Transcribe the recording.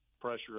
pressure